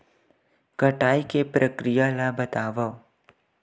कटाई के प्रक्रिया ला बतावव?